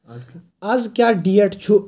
اَز کیا ڈیٹ چھُ